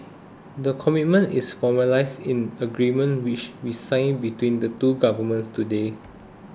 the commitment is formalised in agreement which we signed between the two governments today